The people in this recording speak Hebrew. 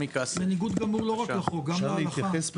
בניגוד גמור לא רק לחוק אלא גם להלכה.